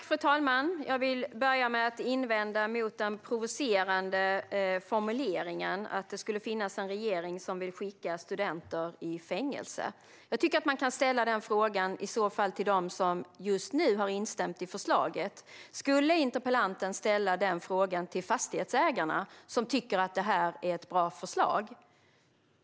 Fru talman! Jag vill börja med att invända mot den provocerande formuleringen att det skulle finnas en regering som vill skicka studenter i fängelse. Jag tycker att man i så fall kan ställa samma fråga till dem som just nu har instämt i förslaget. Skulle interpellanten ställa den frågan till Fastighetsägarna, som tycker att detta är ett bra förslag?